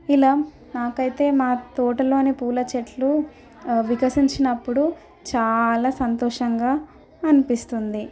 ఇలా నాకు అయితే మా తోటలోని పూలచెట్లు వికసించినప్పుడు చాలా సంతోషంగా అనిపిస్తుంది